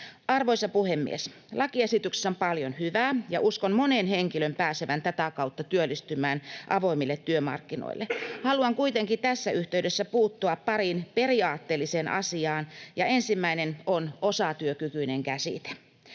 Arvoisa puhemies! Lakiesityksessä on paljon hyvää, ja uskon monen henkilön pääsevän tätä kautta työllistymään avoimille työmarkkinoille. Haluan kuitenkin tässä yhteydessä puuttua pariin periaatteelliseen asiaan: Ensimmäinen on osatyökykyinen-käsite.